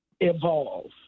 evolve